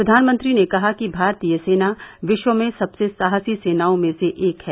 प्रधानमंत्री ने कहा कि भारतीय सेना विश्व में सबसे साहसी सेनाओं में से एक है